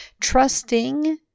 trusting